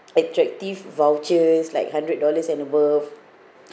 attractive vouchers like hundred dollars and above